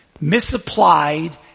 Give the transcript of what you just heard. misapplied